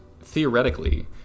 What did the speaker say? theoretically